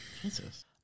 Jesus